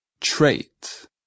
trait